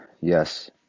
Yes